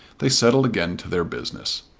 they settled again to their business.